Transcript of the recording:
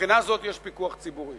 מבחינה זו יש פיקוח ציבורי.